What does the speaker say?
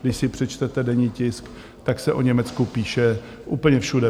Když si přečtete denní tisk, tak se o Německu píše úplně všude.